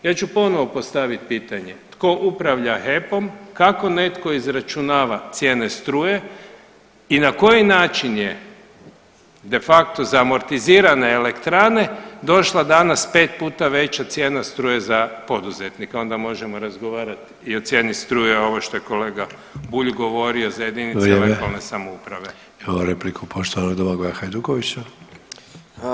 Ja ću ponovno postaviti pitanje tko upravlja HEP-om, kako netko izračunava cijene struje i na koji način je de facto za amortizirane elektrane došla danas pet puta veća cijena struje za poduzetnike, onda možemo razgovarati i o cijeni struje ovo što je kolega Bulj govorio za jedinice [[Upadica Sanader: Vrijeme.]] lokalne samouprave.